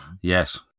Yes